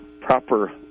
proper